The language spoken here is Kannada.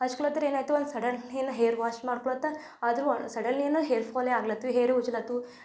ಹಚ್ಕೊಳತರ್ ಏನಾಯಿತು ಒಂದು ಸಡನ್ಲಿ ನಾನು ಹೇರ್ ವಾಶ್ ಮಾಡ್ಕೊಳ್ಳುತ್ತ ಆದರೂ ಸಡನ್ಲಿನೆ ಹೇರ್ಫಾಲೇ ಆಗ್ಲತ್ತು ಹೇರು ಉಜುಲತ್ತು